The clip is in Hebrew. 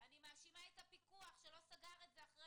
אני מאשימה את הפיקוח שלא סגר את זה אחרי